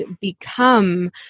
become